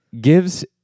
gives